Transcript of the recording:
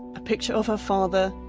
a picture of her father,